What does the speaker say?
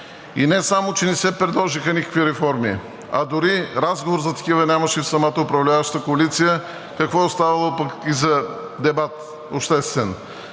Не само че не се предложиха никакви реформи, а дори разговор за такива нямаше в самата управляваща коалиция, какво оставало и за обществен